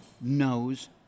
knows